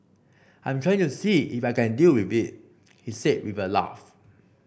I'm trying to see if I can deal with it he said with a laugh